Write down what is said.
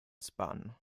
spun